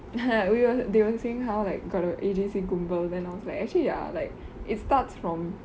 we were they were say like for the A_J_C கும்பல்:gumbal and I was like actually ya like it starts from